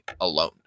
alone